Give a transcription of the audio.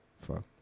Fuck